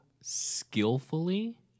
skillfully